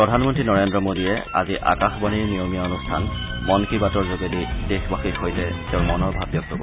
প্ৰধানমন্ত্ৰী নৰেন্দ্ৰ মোডীয়ে আজি আকাশবাণীৰ নিয়মীয়া অনুষ্ঠান মন কী বাতৰ যোগেদি দেশবাসীৰ সৈতে তেওঁৰ মনৰ ভাব ব্যক্ত কৰিব